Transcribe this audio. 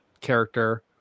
character